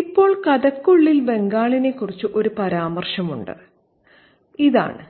ഇപ്പോൾ കഥയ്ക്കുള്ളിൽ ബംഗാളിനെക്കുറിച്ച് ഒരു പരാമർശമുണ്ട് ഇതാണ്